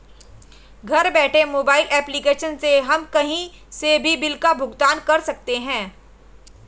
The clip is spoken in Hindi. घर बैठे मोबाइल एप्लीकेशन से हम कही से भी बिल का भुगतान कर सकते है